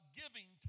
giving